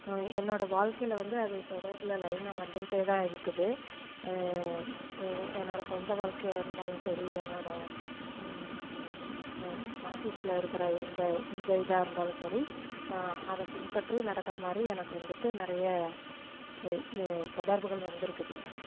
என்னோடய வாழ்க்கையில் வந்து அது தொடர்பில் லைனாக வந்துக்கிட்டே தான் இருக்குது என்னோடய சொந்த வாழ்க்கையாக இருந்தாலும் சரி என்னோடய ஆஃபிஸில் இருக்கிற எந்த இந்த இதாக இருந்தாலும் சரி நான் அதை பின்பற்றி நடக்கிற மாதிரி எனக்கு வந்துட்டு நிறைய தொடர்புகள் வந்திருக்குது எனக்கு